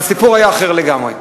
והסיפור היה אחר לגמרי.